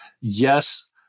Yes